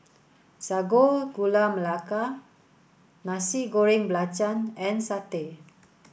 Sago Gula Melaka Nasi Goreng Belacan and satay